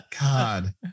god